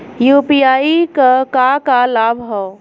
UPI क का का लाभ हव?